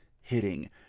hitting